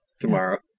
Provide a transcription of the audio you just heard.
Tomorrow